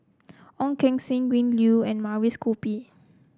Ong Keng Sen Win Low and Mavis Khoo Bee